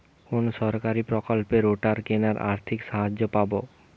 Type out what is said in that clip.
কোন সরকারী প্রকল্পে রোটার কেনার আর্থিক সাহায্য পাব?